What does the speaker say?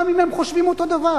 גם אם הם חושבים אותו דבר.